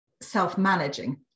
self-managing